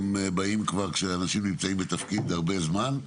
באים כשאנשים נמצאים בתפקיד הרבה זמן,